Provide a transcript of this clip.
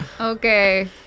Okay